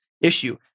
issue